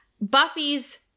Buffy's